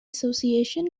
association